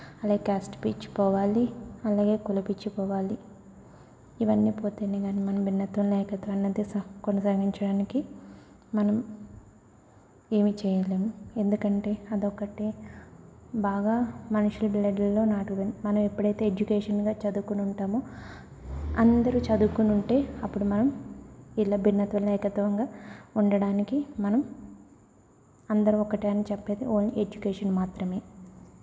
అలాగే క్యాస్ట్ పిచ్చి పోవాలి అలాగే కుల పిచ్చి పోవాలి ఇవన్నీ పోతేనే కాని మనం భిన్నత్వంలో ఏకత్వం అన్నది సా కొనసాగించడానికి మనం ఏమి చేయలేము ఎందుకంటే అదొక్కటే బాగా మనుషుల బ్లడ్లలో నాటుకుపోయింది మనం ఎప్పుడైతే ఎడ్యుకేషన్గా చదువుకొని ఉంటామో అందరూ చదువుకొని ఉంటే అప్పుడు మనం ఇలా భిన్నత్వంలో ఏకత్వంగా ఉండడానికి మనం అందరం ఒకటే అని చెప్పేది ఓన్లీ ఎడ్యుకేషన్ మాత్రమే